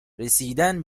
رسیدن